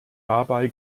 dabei